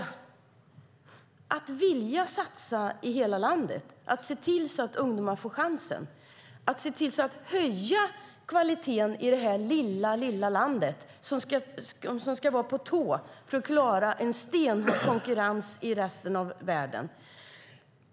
Det är att vilja satsa i hela landet och se till att ungdomar får chansen och att vilja höja kvaliteten i det här lilla landet som ska vara på tå för att klara en stenhård konkurrens i världen.